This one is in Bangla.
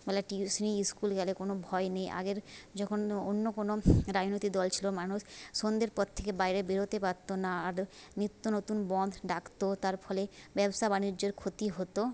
বলে টিউশন স্কুল গেলে কোনো ভয় নেই আগের যখন অন্য কোনো রাজনৈতিক দল ছিল মানুষ সন্ধ্যের পর থেকে বাইরে বেরোতে পারত না আর নিত্য নতুন বন্ধ্ ডাকত তার ফলে ব্যবসা বাণিজ্যর ক্ষতি হতো